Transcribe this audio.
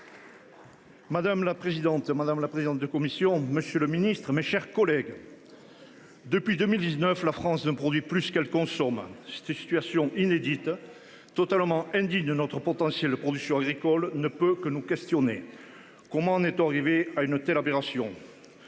Madame la présidente, madame la présidente de commission. Monsieur le Ministre, mes chers collègues. Depuis 2019, la France ne produit plus qu'elle consomme. Cette situation inédite totalement indigne de notre potentiel de production agricole ne peut que nous questionner. Comment en est-on arrivé à une telle opération.